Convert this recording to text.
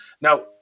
Now